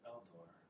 Eldor